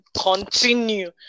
continue